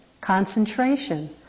concentration